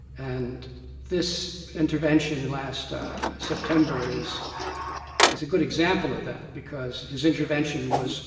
and this intervention and last september is is a good example of that, because his intervention was